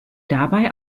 dabei